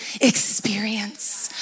experience